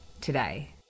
today